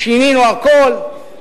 שינינו הכול,